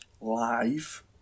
live